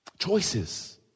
choices